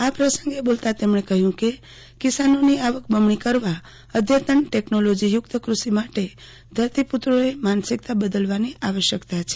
આ પ્રસંગે બોલતા તેમણે કહ્યું કે કિસાનોની આવક બમણી કરવા અઘતન ટેકનોલોજીયુકત ક્રષિ માટે ધરતીપુત્રોએ માનસિકતા બદલવાની આવશ્યકતા છે